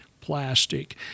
plastic